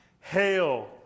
Hail